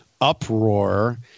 uproar